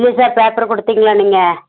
இல்லையே sir paper கொடுத்தீங்களா நீங்கள்